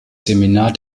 seminar